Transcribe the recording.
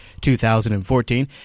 2014